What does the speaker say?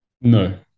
No